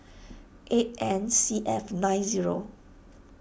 eight N C F nine zero